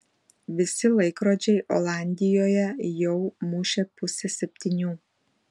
visi laikrodžiai olandijoje jau mušė pusę septynių